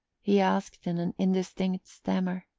he asked in an indistinct stammer.